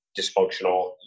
dysfunctional